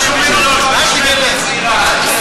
אנחנו שומרים אותו במשמרת הצעירה.